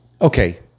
okay